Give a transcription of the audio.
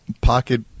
pocket